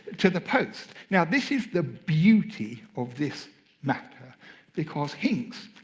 to the post. now this is the beauty of this matter because hincks,